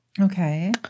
Okay